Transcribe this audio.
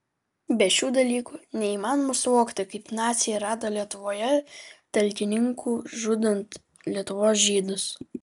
be šių dalykų neįmanoma suvokti kaip naciai rado lietuvoje talkininkų žudant lietuvos žydus